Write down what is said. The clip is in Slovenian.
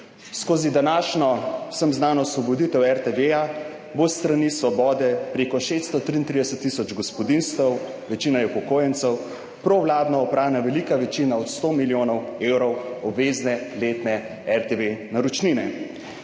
Skozi današnjo vsem znan osvoboditev RTV bo s strani svobode preko 633 tisoč gospodinjstev, večina je upokojencev, provladno oprana velika večina od sto milijonov evrov obvezne letne RTV naročnine.